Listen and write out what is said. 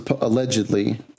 allegedly